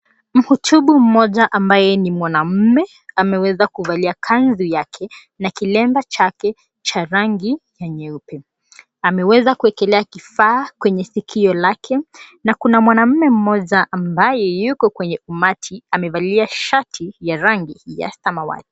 Mhutubu mmoja ambaye ni mwanamme ameweza kuvalia kanzu yake na kilemba chake cha rangi ya nyeupe. Ameweza kuwekelea kifaa kwenye sikio lake na kuna mwanamme mmoja ambaye yuko kwenye umati amevalia shati ya rangi ya samawati.